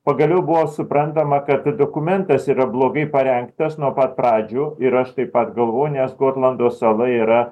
pagaliau buvo suprantama kad dokumentas yra blogai parengtas nuo pat pradžių ir aš taip pat galvoju nes gotlando sala yra